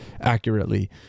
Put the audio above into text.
accurately